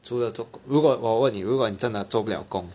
除了做工如果我问你如果你真的做不了工